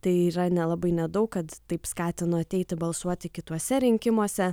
tai yra nelabai nedaug kad taip skatino ateiti balsuoti kituose rinkimuose